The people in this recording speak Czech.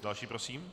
Další prosím.